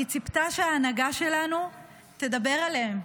היא ציפתה שההנהגה שלנו תדבר עליהם,